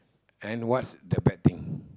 and what's the bad thing